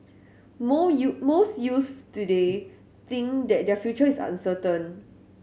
moo you most youths today think that their future is uncertain